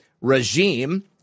regime